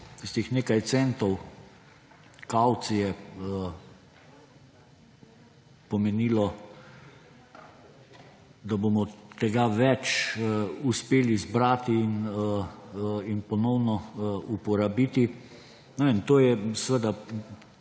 tistih nekaj centov kavcije pomenilo, da bomo tega več uspeli zbrati in ponovno uporabiti? Ne vem,